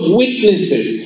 witnesses